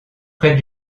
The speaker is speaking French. près